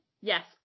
Yes